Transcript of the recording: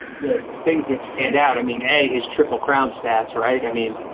that things that stand out i mean, a his triple crown starts, right? i mean,